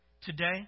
Today